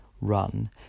run